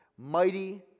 mighty